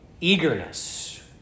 eagerness